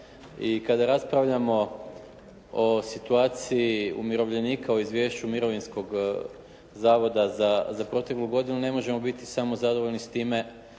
i kada raspravljamo o situaciji umirovljenika o izvješću mirovinskog zavoda za proteklu godinu ne možemo biti samo zadovoljni s time